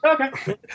Okay